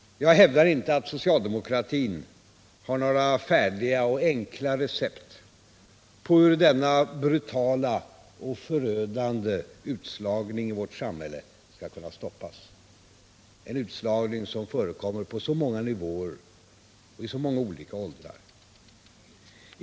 Jag hävdar inte att socialdemokratin har några färdiga och enkla recept på hur denna brutala och förödande utslagning i vårt samhälle skall kunna stoppas — en utslagning som förekommer på så många nivåer och i så många olika åldrar.